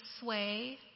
sway